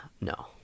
No